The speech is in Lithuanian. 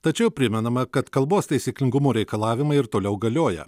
tačiau primenama kad kalbos taisyklingumo reikalavimai ir toliau galioja